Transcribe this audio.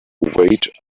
wait